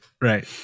right